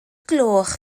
gloch